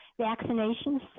vaccinations